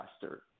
faster